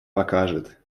покажет